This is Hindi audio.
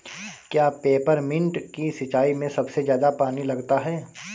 क्या पेपरमिंट की सिंचाई में सबसे ज्यादा पानी लगता है?